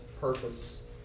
purpose